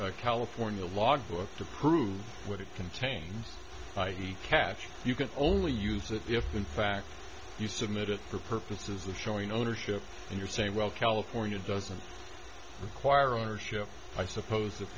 this california logbook to prove what it contains the catch you can only use it if in fact you submit it for purposes of showing ownership and you're saying well california doesn't quire ownership i suppose if